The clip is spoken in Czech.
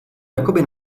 jakoby